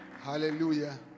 Hallelujah